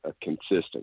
consistent